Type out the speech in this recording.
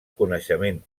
coneixement